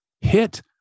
hit